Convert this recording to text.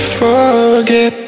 forget